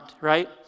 right